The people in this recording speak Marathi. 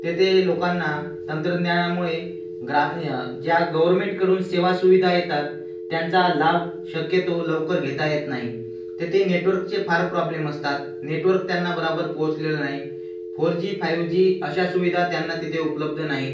तेथे लोकांना तंत्रज्ञानामुळे ग्रामीण ज्या गवर्नमेंटकडून सेवासुविधा येतात त्यांचा लाभ शक्यतो लवकर घेता येत नाही तेथे नेटवर्कचे फार प्रॉब्लेम असतात नेटवर्क त्यांना बरोबर पोहोचलेलं नाही फोर जी फाइव जी अश्या सुविधा त्यांना तिथे उपलब्ध नाहीत